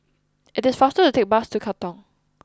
it is faster to take the bus to Katong